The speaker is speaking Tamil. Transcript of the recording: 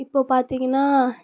இப்போது பார்த்தீங்கனா